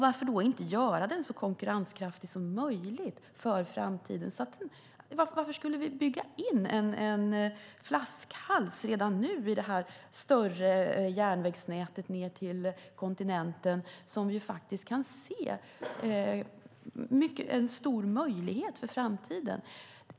Varför då inte göra den så konkurrenskraftig som möjligt för framtiden? Varför skulle vi bygga in en flaskhals redan nu i det större järnvägsnätet ned till kontinenten, som faktiskt kan ses som en stor möjlighet för framtiden?